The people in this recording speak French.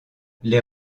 les